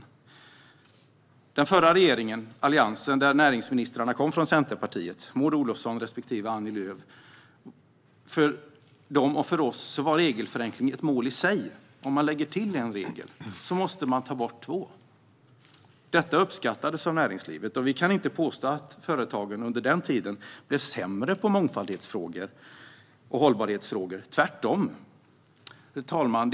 För den förra regeringen, en alliansregering där näringsministrarna kom från Centerpartiet och hette Maud Olofsson respektive Annie Lööf, var regelförenkling ett mål i sig. Om man lägger till en regel måste man ta bort två. Detta uppskattades av näringslivet, och vi kan inte påstå att företagen under den tiden blev sämre på mångfaldsfrågor och hållbarhetsfrågor - tvärtom. Herr talman!